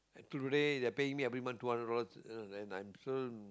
today they're paying me every month two hundred dollars and I'm so